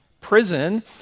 prison